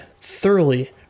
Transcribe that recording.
thoroughly